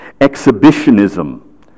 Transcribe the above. Exhibitionism